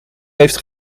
heeft